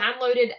downloaded